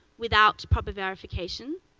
without proper verification,